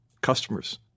customers